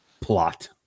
Plot